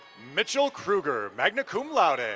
mitchell kruger, magna cum laude. and